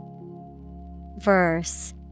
Verse